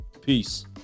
Peace